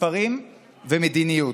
מספרים ומדיניות.